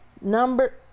Number